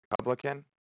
Republican